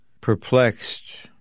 perplexed